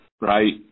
right